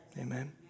Amen